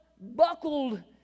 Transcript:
buckled